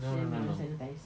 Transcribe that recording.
then baru sanitise